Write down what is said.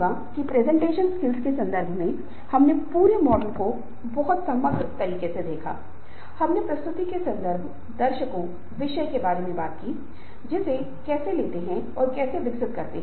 एक यह है कि प्रेरणा एक मनोवैज्ञानिक शक्ति है जो किसी व्यक्ति की प्रतिबद्धता की डिग्री में योगदान करती है इसमें लक्ष्य प्राप्ति के लिए ड्राइव और इच्छाएं शामिल हैं जो मानव कार्रवाई की दिशा तीव्रता और निरंतरता को नियंत्रित करती हैं